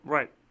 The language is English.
Right